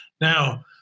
Now